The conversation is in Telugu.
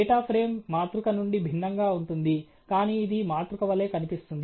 వేరే మార్గం లేదు కానీ డేటా నుండి మోడళ్లను నిర్మించడం దీనిని మనము టైమ్ సిరీస్ మోడల్స్ అని పిలుస్తాము